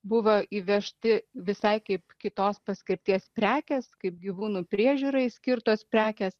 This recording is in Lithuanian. buvo įvežti visai kaip kitos paskirties prekės kaip gyvūnų priežiūrai skirtos prekės